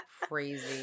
Crazy